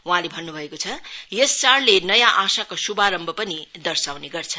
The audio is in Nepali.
वहाँले भन्नु भएको छ यस चाडले नयाँ आशाको शुभारम्भ पनि दर्शाउने गर्छ